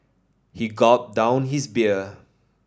he gulped down his beer